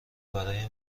برای